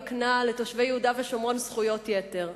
מקנה לתושבי יהודה ושומרון זכויות יתר.